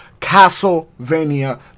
Castlevania